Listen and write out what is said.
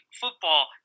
football